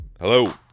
Hello